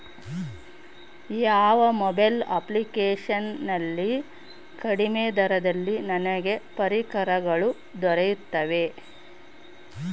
ಯಾವ mobile application ನಲ್ಲಿ ಕಡಿಮೆ ದರದಲ್ಲಿ ನನಗೆ ಪರಿಕರಗಳು ದೊರೆಯುತ್ತವೆ?